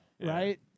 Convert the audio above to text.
right